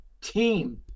team